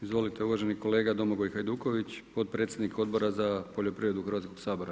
Izvolite, uvaženi kolega Domagoj Hajduković, potpredsjednik Odbora za poljoprivredu Hrvatskog sabora.